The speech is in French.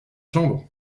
chambre